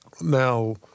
Now